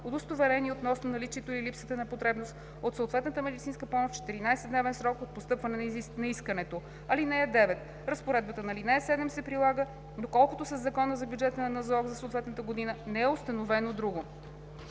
удостоверение относно наличието или липсата на потребност от съответната медицинска помощ в 14-дневен срок от постъпване на искането. (9) Разпоредбата на ал. 7 се прилага доколкото със закона за бюджета на НЗОК за съответната година не е установено друго.“